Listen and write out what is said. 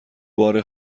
بار